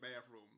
bathroom